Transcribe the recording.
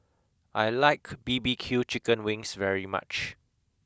I like B B Q Chicken Wings very much